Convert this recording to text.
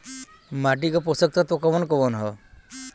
माटी क पोषक तत्व कवन कवन ह?